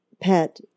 pet